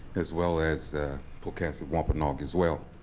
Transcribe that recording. as well as pocasset wampanoag, as well.